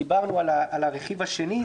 דיברנו על הרכיב השני,